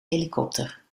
helikopter